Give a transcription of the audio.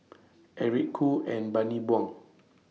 Eric Khoo and Bani Buang